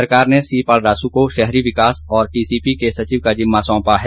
सरकार ने सी पालरासू को शहरी विकास और टीसीपी के सचिव का जिम्मा सौंपा है